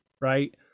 right